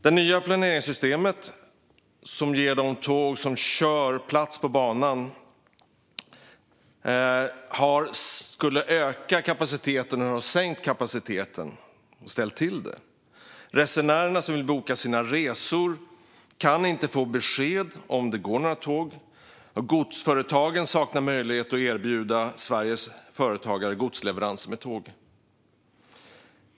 Det nya planeringssystemet, som ger de tåg som kör plats på banan och som skulle öka kapaciteten, har nu sänkt kapaciteten och ställt till det. Resenärer som vill boka sina resor kan inte få besked om huruvida det går några tåg, och godsföretagen saknar möjlighet att erbjuda Sveriges företagare godsleveranser med tåg.